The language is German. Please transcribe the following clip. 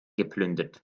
geplündert